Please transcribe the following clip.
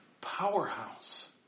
powerhouse